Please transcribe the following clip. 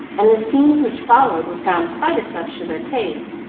and the scenes which followed were found quite as much to their taste,